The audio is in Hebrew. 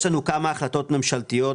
יש לנו כמה החלטות ממשלתיות